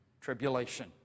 Tribulation